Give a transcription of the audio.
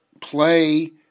play –